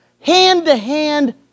Hand-to-hand